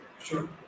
Sure